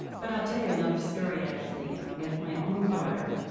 but i'll tell you another story, actually, with my own daughter.